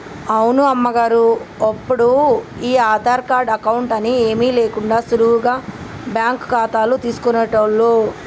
అవును అమ్మగారు ఒప్పుడు ఈ ఆధార్ కార్డు అకౌంట్ అని ఏమీ లేకుండా సులువుగా బ్యాంకు ఖాతాలు తీసుకునేటోళ్లు